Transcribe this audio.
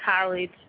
college